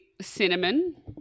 cinnamon